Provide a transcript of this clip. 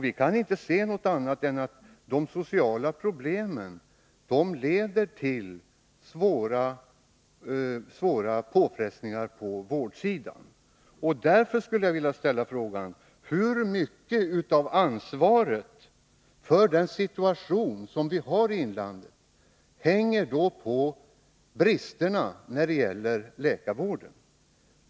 Vi kan inte se något annat än att de sociala problemen leder till svåra påfrestningar på vårdsidan. Därför skulle jag vilja ställa frågan: Hur mycket av ansvaret för den situation som vi har i inlandet hänger då samman med bristerna när det gäller läkarvården?